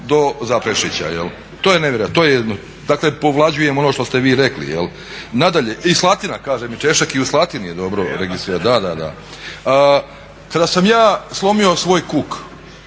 do Zaprešića. To je nevjerojatno. Dakle povlađujem ono što ste vi rekli. Nadalje, i Slatina, kaže mi Češek i u Slatini je dobro registrirati. Kada sam ja slomio svoj kuk